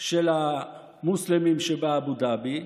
של המוסלמים באבו דאבי,